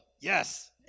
yes